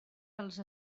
dels